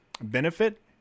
benefit